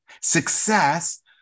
success